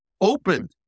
Open